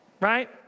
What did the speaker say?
right